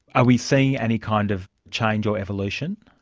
are we seeing any kind of change or evolution?